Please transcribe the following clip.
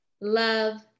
love